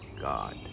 God